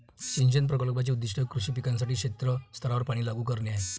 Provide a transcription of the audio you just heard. सिंचन प्रकल्पाचे उद्दीष्ट कृषी पिकांसाठी क्षेत्र स्तरावर पाणी लागू करणे आहे